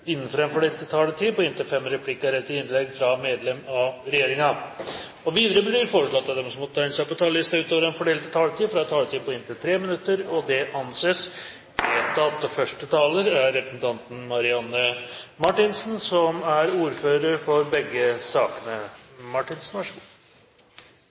innenfor den fordelte taletid. Videre blir det foreslått at de som måtte tegne seg på talerlisten utover den fordelte taletid, får en taletid på inntil 3 minutter. – Det anses vedtatt. Sakene vi nå har til behandling, dreier seg om EUs luftfartskvotedirektiv og de endringene i klimakvoteloven som er nødvendige for